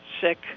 sick